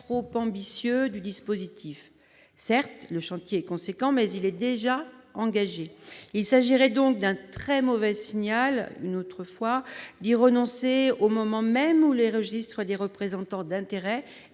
trop ambitieux du dispositif certes le chantier conséquent mais il est déjà engagée, il s'agirait donc d'un très mauvais signal, une autre fois dit renoncer au moment même où les registres des représentants d'intérêts